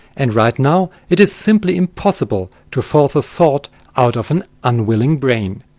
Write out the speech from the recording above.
and right now it is simply impossible to force a thought out of an unwilling brain.